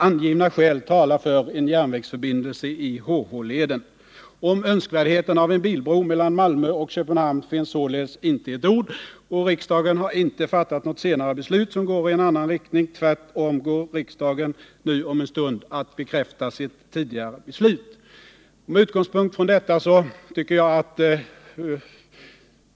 Angivna skäl talar för en järnvägsförbindelse i HH-leden.” Om önskvärdheten av en bilbro mellan Malmö och Köpenhamn finns således inte ett ord. Riksdagen har inte senare fattat något beslut som går i annan riktning. Tvärtom går riksdagen nu om en stund att bekräfta sitt tidigare beslut.